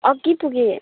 अघि पुगेँ